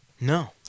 No